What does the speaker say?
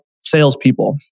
salespeople